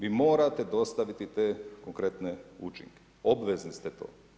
Vi morate dostaviti te konkretne učinke, obvezni ste to.